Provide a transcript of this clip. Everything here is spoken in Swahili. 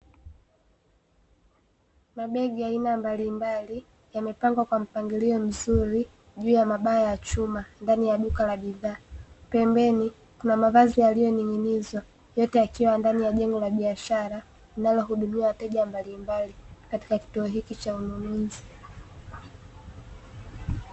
Mabegi ya aina mbalimbali yamepangwa kwa mpangilio mzuri juu ya mabaa ya chuma ndani ya duka la bidhaa, pembeni kuna mavazi yaliyoning'inizwa yote yakiwa ndani ya jengo la biashara linalohudumia wateja mbalimbali katika kituo hiki cha ununuzi.